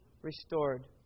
restored